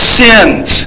sins